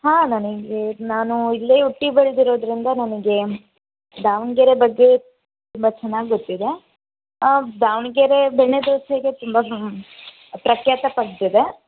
ಹಾಂ ನಾನು ಇಲ್ಲೇ ನಾನು ಇಲ್ಲೇ ಹುಟ್ಟಿ ಬೆಳ್ದಿರೋದ್ರಿಂದ ನನಗೆ ದಾವಣಗೆರೆ ಬಗ್ಗೆ ತುಂಬ ಚೆನ್ನಾಗಿ ಗೊತ್ತಿದೆ ದಾವಣಗೆರೆ ಬೆಣ್ಣೆ ದೋಸೆಗೆ ತುಂಬಾ ಪ್ರಖ್ಯಾತಿ ಪಡೆದಿದೆ